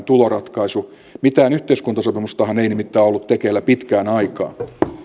tuloratkaisu mitään yhteiskuntasopimustahan ei nimittäin ole ollut tekeillä pitkään aikaan